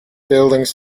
buildings